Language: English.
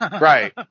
Right